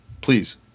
Please